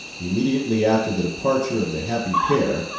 immediately after the departure of the happy pair,